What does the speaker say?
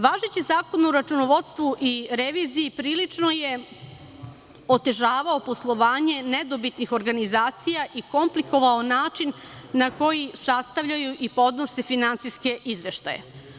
Važeći Zakon o računovodstvu i reviziji prilično je otežavao poslovanje nedobitnih organizacija i komplikovao način na koji sastavljaju i podnose finansijske izveštaje.